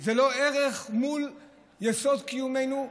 זה לא ערך מול יסוד קיומנו,